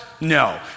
No